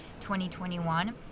2021